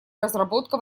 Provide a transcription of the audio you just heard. разработка